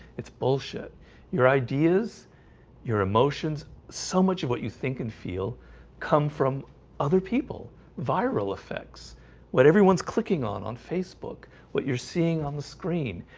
it's bullshit your ideas your emotions so much of what you think and feel come from other people viral affects what everyone's clicking on on facebook what you're seeing on the screen?